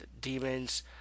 demons